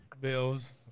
Bills